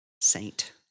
Saint